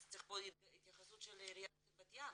צריך פה התייחסות של עירית בת ים.